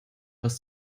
was